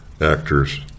actors